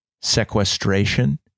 sequestration